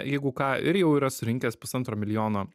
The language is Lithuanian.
jeigu ką ir jau yra surinkęs pusantro milijono